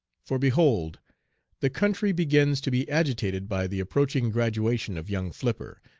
for behold the country begins to be agitated by the approaching graduation of young flipper,